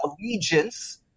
allegiance